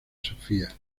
sofia